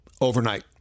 Overnight